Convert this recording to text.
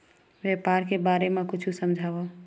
व्यापार के बारे म कुछु समझाव?